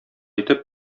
итеп